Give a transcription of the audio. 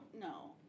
no